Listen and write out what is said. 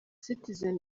citizen